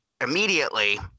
immediately